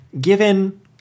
given